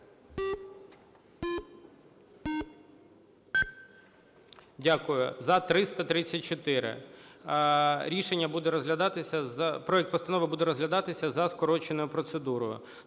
Дякую. За – 334. Рішення буде розглядатися… Проект постанови буде розглядатися за скороченою процедурою.